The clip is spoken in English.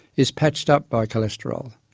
is patched up by cholesterol.